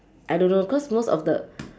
I don't know cause most of the